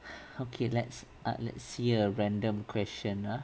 okay let's uh let's see a random question ah